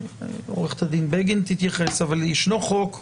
עוה"ד בגין תתייחס, אבל ישנו חוק סיוע,